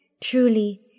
Truly